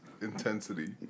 intensity